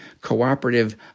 Cooperative